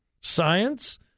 science